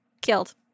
killed